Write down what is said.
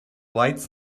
lights